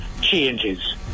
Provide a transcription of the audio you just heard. changes